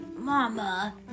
Mama